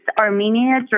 Armenia